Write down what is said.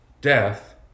death